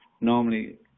normally